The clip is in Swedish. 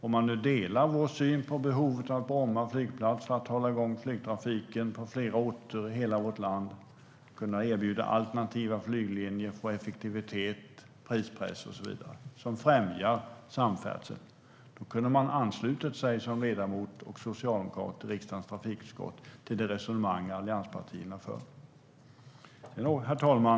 Om man delar vår syn att Bromma flygplats behövs för att hålla igång flygtrafiken på flera orter i hela vårt land, kunna erbjuda alternativa flyglinjer och få effektivitet och prispress som främjar samfärdsel, då kunde man som socialdemokrat och ledamot i riksdagens trafikutskott ha anslutit sig till det resonemang allianspartierna för. Herr talman!